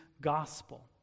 gospel